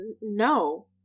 No